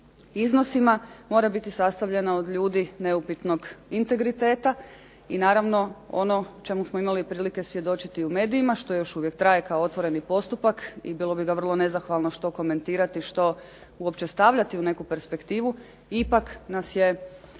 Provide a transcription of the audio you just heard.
iznosima mora biti sastavljena od ljudi neupitnog integriteta i naravno onog što smo imali prilike svjedočiti u medijima, što još uvijek traje kao otvoreni postupak i bilo bi ga vrlo nezahvalno što komentirati što uopće stavljati u ovu perspektivu ipak nas je